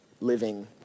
living